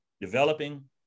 developing